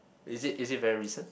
is it is it very recent